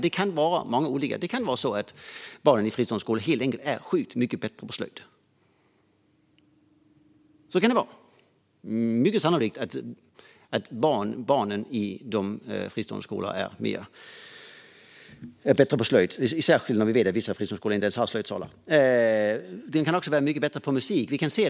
Det kan vara så att barnen i fristående skolor helt enkelt är sjukt mycket bättre än andra på slöjd. Så kan det vara. Det är mycket sannolikt att barnen i de fristående skolorna är bättre på slöjd, särskilt som vi vet att vissa fristående skolor inte ens har slöjdsalar. De kan också vara mycket bättre på musik.